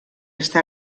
està